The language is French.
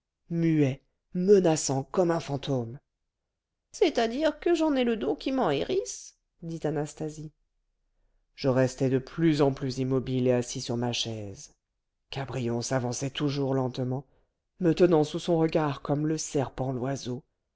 muet menaçant comme un fantôme c'est-à-dire que j'en ai le dos qui m'en hérisse dit anastasie je restais de plus en plus immobile et assis sur ma chaise cabrion s'avançait toujours lentement me tenant sous son regard comme le serpent l'oiseau